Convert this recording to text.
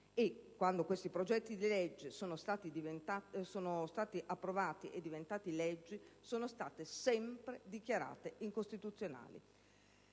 Quando questi disegni di legge sono stati approvati e diventati legge sono stati sempre dichiarati incostituzionali.